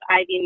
IV